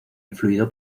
influido